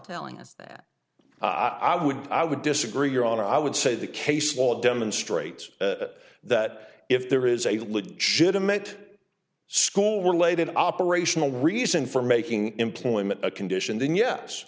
telling us that i would i would disagree your honor i would say the case law demonstrates that that if there is a legitimate school were laid an operational reason for making employment a condition then yes